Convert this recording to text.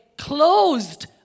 Closed